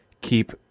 keep